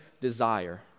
desire